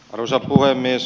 arvoisa puhemies